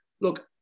Look